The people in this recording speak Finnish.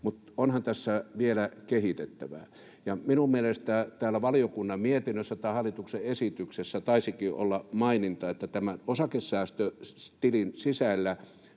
mutta onhan tässä vielä kehitettävää. Täällä valiokunnan mietinnössä tai hallituksen esityksessä taisikin olla maininta, että tämän osakesäästötilin sisällä